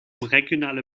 regionale